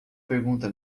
pergunta